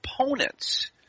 opponents